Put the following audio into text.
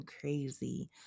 crazy